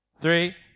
Three